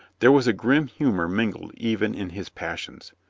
there was a grim humor mingled even in his passions.